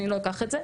אני לא אקח את זה,